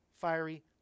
fiery